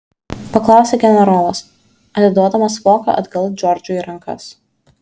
paklausė generolas atiduodamas voką atgal džordžui į rankas